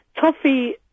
toffee